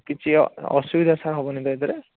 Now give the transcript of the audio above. କିଛି ଅସୁବିଧା ସାର୍ ହେବନି ତ ଏଇଥିରେ